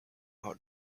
how